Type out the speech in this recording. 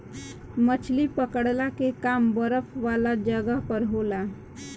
मछली पकड़ला के काम बरफ वाला जगह पर होला